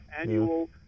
annual